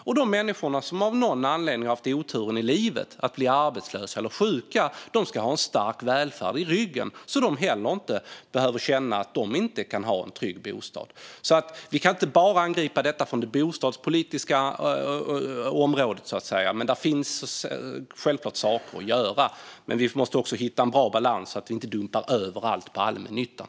Men de människor som av någon anledning har haft oturen att bli arbetslösa eller sjuka ska ha en stark välfärd i ryggen så att de också kan vara trygga i sin bostad. Vi kan inte bara angripa detta från det bostadspolitiska hållet, men här finns givetvis saker att göra. Vi måste också hitta en bra balans så att vi inte dumpar över allt på allmännyttan.